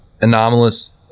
anomalous